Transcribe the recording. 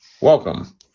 Welcome